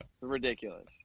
ridiculous